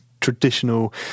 traditional